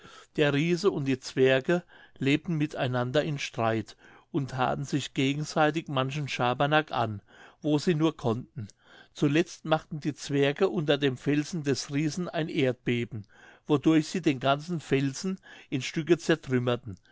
der riese und die zwerge lebten mit einander in streit und thaten sich gegenseitig manchen schabernack an wo sie nur konnten zuletzt machten die zwerge unter dem felsen des riesen ein erdbeben wodurch sie den ganzen felsen in stücke zertrümmerten